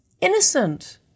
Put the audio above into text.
innocent